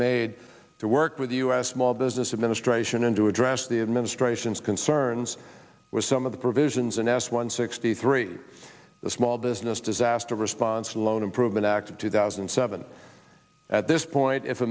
made to work with the u s small business administration and to address the administration's concerns with some of the provisions and as one sixty three the small business disaster response alone improvement act of two thousand and seven at this point if